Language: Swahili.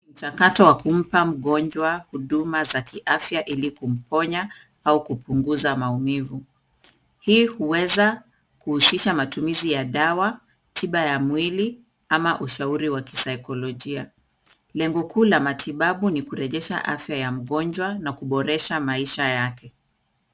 Mchakato wa kumpa mgonjwa huduma za kiafya ili kumponya au kupunguza maumivu, hii huweza kuhusisha matumizi ya dawa, tiba ya mwili ama ushauri wa kisaikolojia, lengo kuu la matibabu ni kurejesha afya ya mgonjwa na kuboresha maisha yake.